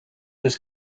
was